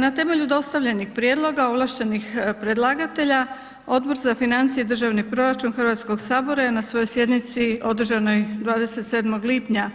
Na temelju dostavljenih prijedloga ovlaštenih predlagatelja, Odbor za financije i državni proračun HS-a je na svojoj sjednici održanoj 27. lipnja